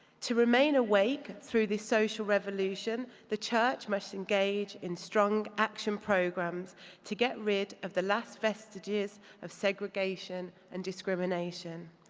to remain awake through the social revolution, the church must engage in strong action programs to get rid of the last vestiges of segregation and discrimination.